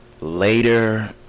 Later